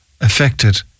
affected